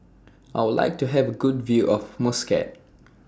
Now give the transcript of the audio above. I Would like to Have A Good View of Muscat